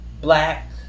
black